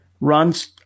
runs